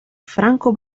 franco